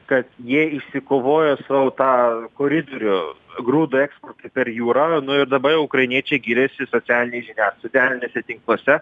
kad jie išsikovojo sau tą koridorių grūdų eksportui per jūrą nu ir dabar jau ukrainiečiai giriasi socialinėje socialiniuose tinkluose